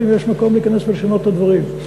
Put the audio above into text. ויש מקום להיכנס ולשנות את הדברים.